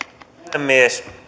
puhemies